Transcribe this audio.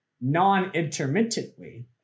non-intermittently